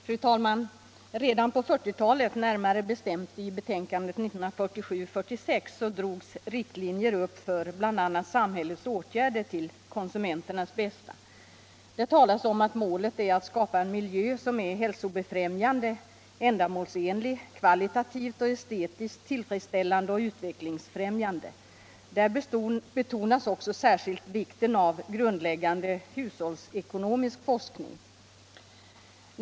Fru talman! Redan på 1940-talet, närmare bestämt i betänkandet SOU 1947:46, drogs riktlinjer upp för bl.a. samhällets åtgärder till konsumenteras bästa. Där talas om att målet är att skapa en miljö som är ”hälsobefrämjande, ändamålsenlig, kvalitativt och estetiskt tillfredsställande och utvecklingsfrämjande”. Där betonas särskilt vikten av grundläggande hushållsekonomisk forskning.